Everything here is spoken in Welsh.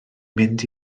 mynd